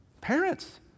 Parents